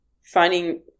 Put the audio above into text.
finding